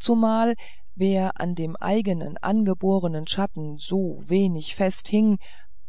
zumal wer an dem eignen angebornen schatten so wenig fest hing